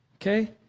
okay